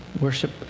worship